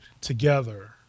together